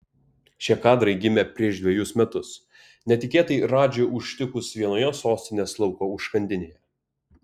šie kadrai gimė prieš dvejus metus netikėtai radži užtikus vienoje sostinės lauko užkandinėje